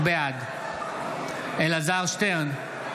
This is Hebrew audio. בעד אלעזר שטרן,